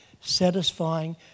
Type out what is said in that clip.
satisfying